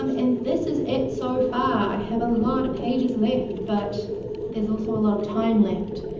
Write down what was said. um and this is it so far! i have a lot of pages left but there's also a lot of time left.